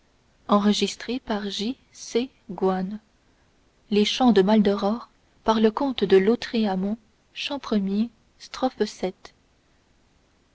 les chants de maldoror par le comte de lautréamont chants